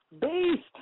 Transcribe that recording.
Beast